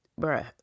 Bruh